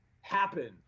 happen